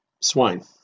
swine